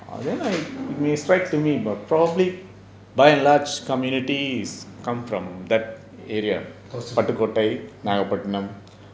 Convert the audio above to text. then I may strike to me probably by and large communities come from that area Pattukkottai Nagapattinam naagapattinam